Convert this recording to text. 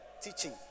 teaching